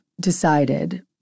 decided